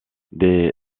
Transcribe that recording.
des